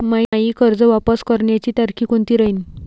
मायी कर्ज वापस करण्याची तारखी कोनती राहीन?